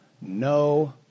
no